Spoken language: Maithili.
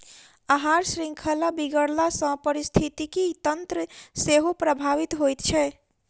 आहार शृंखला बिगड़ला सॅ पारिस्थितिकी तंत्र सेहो प्रभावित होइत छै